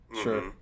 Sure